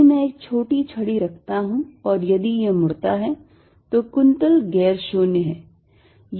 यदि मैं एक छोटी छड़ी रखता हूं और यदि यह मुड़ता है तो कुंतल गैर शून्य है